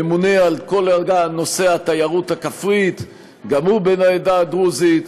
הממונה על כל נושא התיירות הכפרית גם הוא בן העדה הדרוזית,